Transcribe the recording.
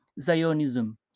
Zionism